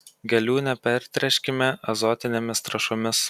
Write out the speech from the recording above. gėlių nepertręškime azotinėmis trąšomis